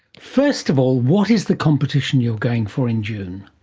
first of all, what is the competition you're going for in june?